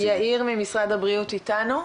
יאיר ממשרד הבריאות איתנו?